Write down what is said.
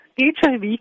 HIV